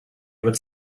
would